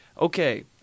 Okay